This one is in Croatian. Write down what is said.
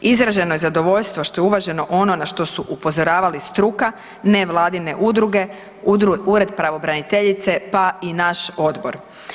Izraženo je zadovoljstvo što je uvaženo ono na što su upozoravali struka, nevladine udruge, Ured pravobraniteljice, pa i naš odbor.